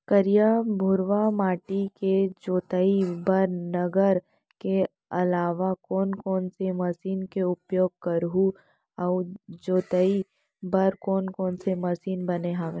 करिया, भुरवा माटी के जोताई बर नांगर के अलावा कोन कोन से मशीन के उपयोग करहुं अऊ जोताई बर कोन कोन से मशीन बने हावे?